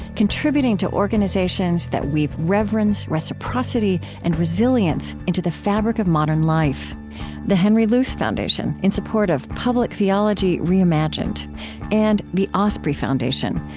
contributing to organizations that weave reverence, reciprocity, and resilience into the fabric of modern life the henry luce foundation, in support of public theology reimagined and the osprey foundation,